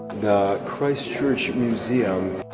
the christchurch museum.